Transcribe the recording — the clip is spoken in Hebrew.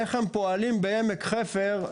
איך הם פועלים בעמק חפר,